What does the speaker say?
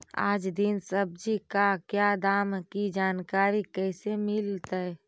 आज दीन सब्जी का क्या दाम की जानकारी कैसे मीलतय?